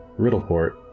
Riddleport